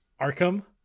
Arkham